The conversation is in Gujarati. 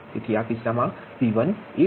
તેથી આ કિસ્સામાં V1 1